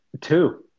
Two